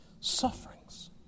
sufferings